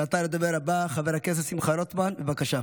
ועתה לדובר הבא, חבר הכנסת שמחה רוטמן, בבקשה.